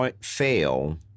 fail